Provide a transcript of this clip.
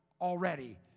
already